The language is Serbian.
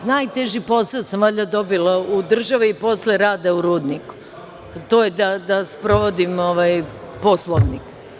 Najteži posao sam valjda dobila u državi posle rada u rudniku, a to je da sprovodim Poslovnik.